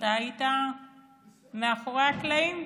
אתה היית מאחורי הקלעים,